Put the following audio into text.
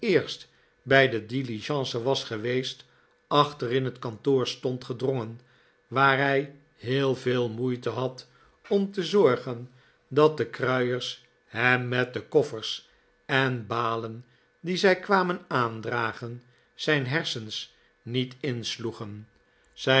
bij de diligence was geweest achter in het kantoor stond gedrongen waar hij heel veel moeite had om te zorgen dat de kruiers hem met de koffers en balen die zij kwamen aandragen zijn hersens niet insloegen zijn